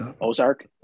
Ozark